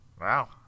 Wow